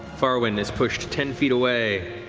farriwen is pushed ten feet away.